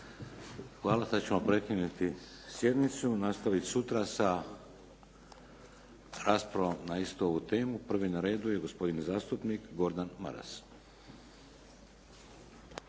Hvala. Sad ćemo prekinuti sjednicu i nastaviti sutra sa raspravom na istu ovu temu. Prvi na redu je gospodin zastupnik Gordan Maras.